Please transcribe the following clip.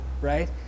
right